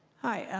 hi.